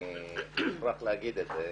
אני מוכרח להגיד את זה,